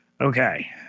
okay